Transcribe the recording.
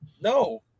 no –